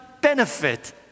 benefit